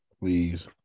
Please